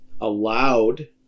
allowed